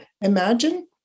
imagine